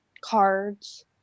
cards